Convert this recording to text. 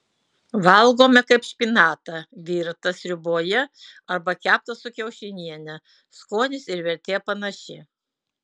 valgome kaip špinatą virtą sriuboje arba keptą su kiaušiniene skonis ir vertė panaši